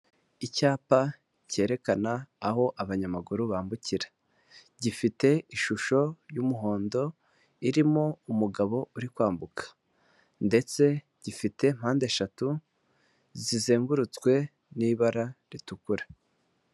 Icyapa cyerekana aho abanyamaguru bambukira, gifite ishusho y'umuhondo irimo umugabo uri kwambuka ndetse gifite mpande eshatu zizengurutswe n'ibara ritukura.